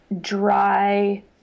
dry